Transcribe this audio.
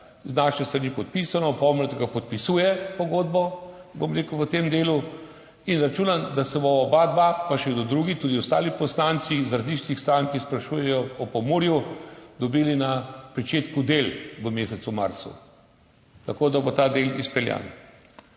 Z naše strani je podpisano, Pomgrad podpisuje pogodbo v tem delu. Računam, da se bova oba, pa še kdo drugi, tudi ostali poslanci iz različnih strank, ki sprašujejo o Pomurju, dobili ob pričetku del v mesecu marcu. Tako da bo ta del izpeljan.